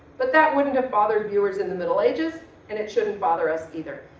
but that wouldn't have bothered viewers in the middle ages, and it shouldn't bother us either.